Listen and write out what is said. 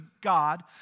God